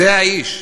זה האיש,